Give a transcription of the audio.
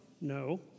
No